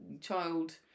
child